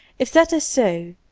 if that is so,